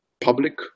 public